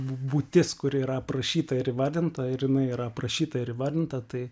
būtis kuri yra aprašyta ir įvardinta ir jinai yra aprašyta ir įvardinta tai